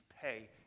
pay